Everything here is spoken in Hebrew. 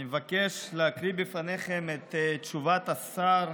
אני מבקש להקריא בפניכם את תשובת השר,